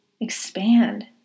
expand